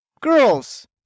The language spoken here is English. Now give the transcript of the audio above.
girls